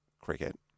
cricket